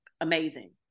amazing